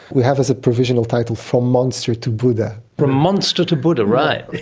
we have as a provisional title from monster to buddha. from monster to buddha, right.